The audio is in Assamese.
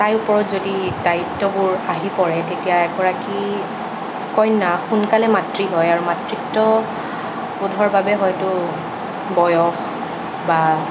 তাইৰ ওপৰত যদি দায়িত্ববোৰ আহি পৰে তেতিয়া এগৰাকী কন্যা সোনকালে মাতৃ হয় আৰু মাতৃত্ববোধৰ বাবে হয়তো বয়স বা